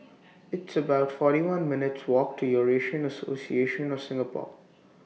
It's about forty one minutes' Walk to Eurasian Association of Singapore